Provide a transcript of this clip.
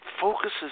focuses